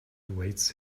awaits